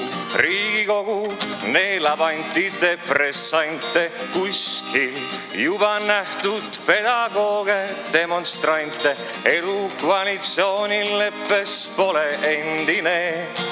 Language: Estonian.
Riigikogu neelab antidepressante, kuskil juba nähtud pedagooge-demonstrante. Elu koalitsioonileppes pole endine, mul